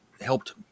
helped